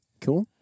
Cool